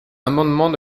amendement